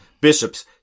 bishops